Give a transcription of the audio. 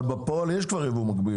אבל בפועל יש כבר ייבוא מקביל.